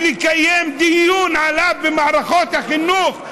ולקיים עליו דיון במערכות החינוך,